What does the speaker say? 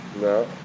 No